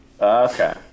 Okay